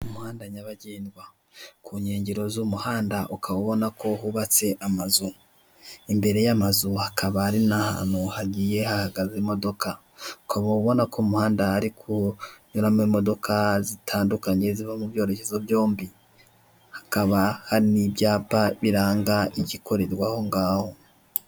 Umuhanda nyabagendwa, ku nkengero z'umuhanda ukaba ubona ko hubatse amazu. Imbere y'amazu hakaba hari n'ahantu hagiye hahagaze imodoka, ukaba ubona ko mu muhanda hari kunyuramo imodoka zitandukanye ziva mu byerekezo byombi. Hakaba hari n'ibyapa biranga igikorerwa ahongaho.